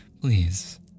please